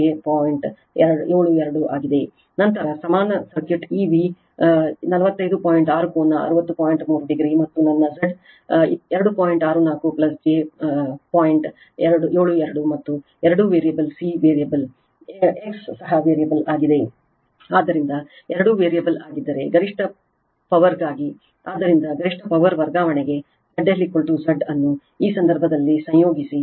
2 Ω ಆಗಿರುತ್ತದೆ ಆದರೆ ಈಗ XC 2 Ω ಮತ್ತು 8 Ω ನಡುವೆ ಹೊಂದಾಣಿಕೆ ಆಗಿದೆ